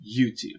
YouTube